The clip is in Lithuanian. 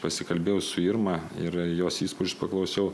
pasikalbėjau su irma ir jos įspūdžių paklausiau